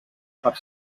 per